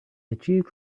achieved